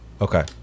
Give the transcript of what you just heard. okay